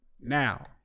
Now